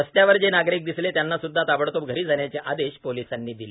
रस्त्यावर जे नागरिक दिसले त्यांना सुद्धा ताबडतोब घरी जाण्याचे आदेश पोलिसांनी दिले